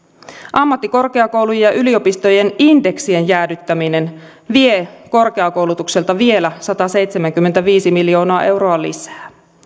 ammattikorkeakoulujen ja yliopistojen indeksien jäädyttäminen vie korkeakoulutukselta vielä sataseitsemänkymmentäviisi miljoonaa euroa lisää